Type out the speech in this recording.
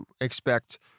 expect